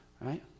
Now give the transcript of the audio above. right